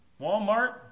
Walmart